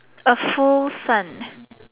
a full sun